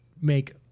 make –